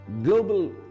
global